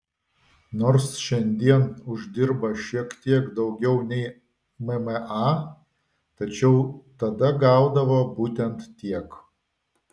nors šiandien uždirba šiek tiek daugiau nei mma tačiau tada gaudavo būtent tiek